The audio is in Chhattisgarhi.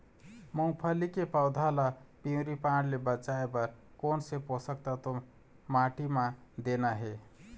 मुंगफली के पौधा ला पिवरी पान ले बचाए बर कोन से पोषक तत्व माटी म देना हे?